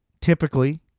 typically